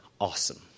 awesome